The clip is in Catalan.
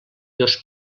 dos